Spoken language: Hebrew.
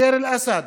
בדיר אל-אסד